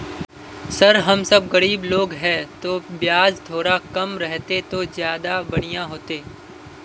sir हम सब गरीब लोग है तो बियाज थोड़ा कम रहते तो ज्यदा बढ़िया होते